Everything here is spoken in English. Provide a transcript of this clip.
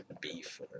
beef